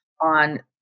on